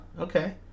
okay